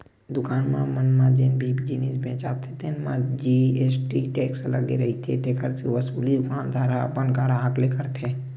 दुकान मन म जेन भी जिनिस बेचाथे तेन म जी.एस.टी टेक्स लगे रहिथे तेखर वसूली दुकानदार ह अपन गराहक ले करथे